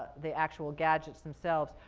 the actual gadgets themselves.